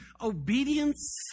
obedience